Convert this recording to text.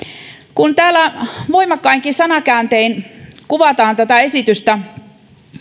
kun täällä voimakkainkin sanakääntein kuvataan tätä esitystä